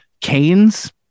canes